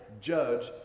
judge